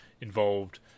involved